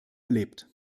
erlebt